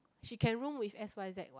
she can room with S_Y_Z